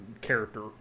character